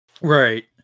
right